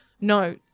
no